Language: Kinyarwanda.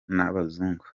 n’abazungu